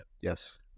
Yes